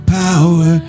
power